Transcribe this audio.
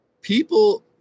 People